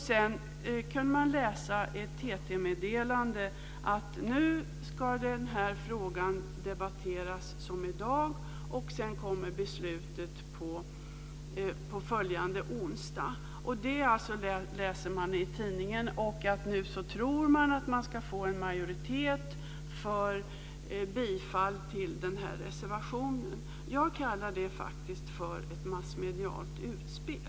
Sedan kunde man läsa ett TT-meddelande om att frågan skulle debatteras i dag och att beslutet skulle komma följande onsdag. Det läser man i tidningen. Nu tror man att man ska få en majoritet för bifall till denna reservation. Jag kallar faktiskt det för ett massmedialt utspel.